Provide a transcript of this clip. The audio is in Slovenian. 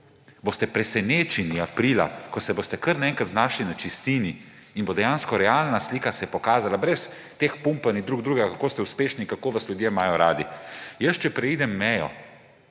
Boste presenečeni aprila, ko se boste kar naenkrat znašli na čistini in bo dejansko realna slika se pokazala, brez teh pumpanj drug drugega, kako ste uspešni, kako vas ljudje imajo radi. Če jaz preidem mejo,